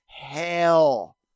hell